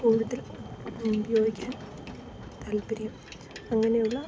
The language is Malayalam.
കൂടുതൽ ഉപയോഗിക്കാൻ താൽപ്പര്യം അങ്ങനെയുള്ള